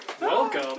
Welcome